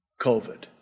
COVID